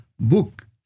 book